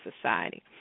society